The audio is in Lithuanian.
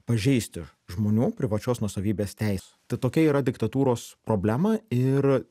pažeisti žmonių privačios nuosavybės teis tai tokia yra diktatūros problema ir